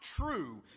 true